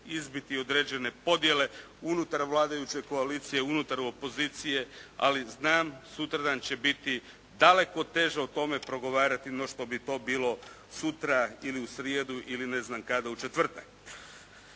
izbiti određene podjele unutar vladajuće koalicije, unutar opozicije, ali znam sutradan će biti daleko teže o tome progovarati no što bi to bilo sutra, ili u srijedu ili ne znam kada, u četvrtak.